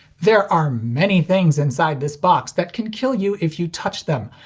there are many things inside this box that can kill you if you touch them.